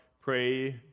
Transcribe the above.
pray